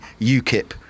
UKIP